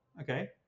okay